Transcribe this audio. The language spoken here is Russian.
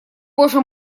боже